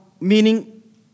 meaning